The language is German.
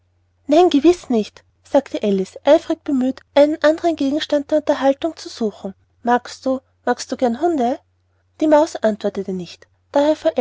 nein gewiß nicht sagte alice eifrig bemüht einen andern gegenstand der unterhaltung zu suchen magst du magst du gern hunde die maus antwortete nicht daher